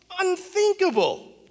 unthinkable